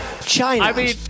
China